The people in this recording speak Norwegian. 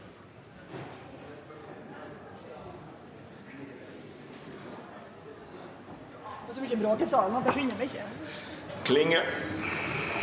Klinge.